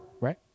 Right